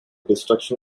destruction